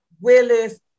Willis